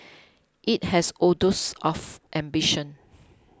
it has oodles of ambition